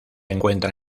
encuentra